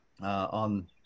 on